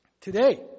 Today